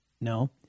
No